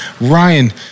Ryan